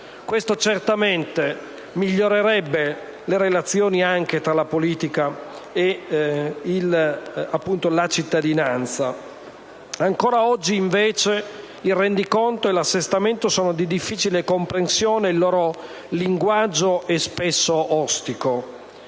Questo migliorerebbe certamente le relazioni tra la politica e la cittadinanza. Ancora oggi, invece, il rendiconto e l'assestamento sono di difficile comprensione e il loro linguaggio è spesso ostico.